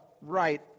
right